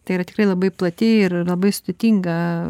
tai yra tikrai labai plati ir labai sudėtinga